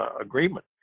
agreement